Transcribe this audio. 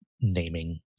naming